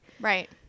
right